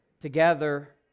Together